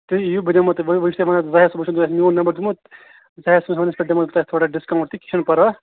تُہۍ یِیِو بہٕ دِمہو تۅہہِ وۅنۍ بہٕ چھُسے ونان زٲہد صٲبن چھُ میٛون نَمبر دیُتمُت زٲہِد صٲبَس پیٚٹھ دِمہو تۅہہِ بہٕ تھوڑا ڈِسکوٗنٛٹ تہِ یہِ چھَنہٕ پتاہ